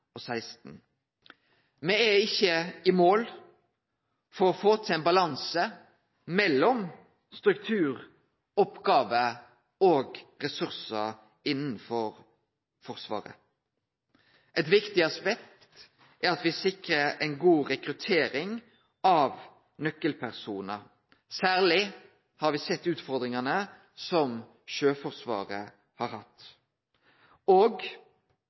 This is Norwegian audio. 2013–2016. Me er ikkje i mål når det gjeld å få til ein balanse mellom strukturoppgåver og ressursar innanfor Forsvaret. Eit viktig aspekt er å sikre ei god rekruttering av nøkkelpersonar, og me har særleg sett utfordringane som Sjøforsvaret har hatt. Vidare må me styrkje Heimevernets moglegheit og